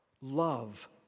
Love